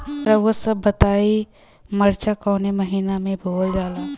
रउआ सभ बताई मरचा कवने महीना में बोवल जाला?